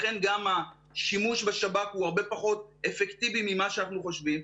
לכן גם השימוש בשב"כ הוא הרבה פחות אפקטיבי ממה שאנחנו חושבים,